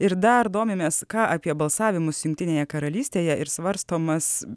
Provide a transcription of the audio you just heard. ir dar domimės ką apie balsavimus jungtinėje karalystėje ir svarstomas